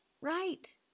Right